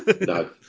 No